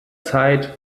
zeit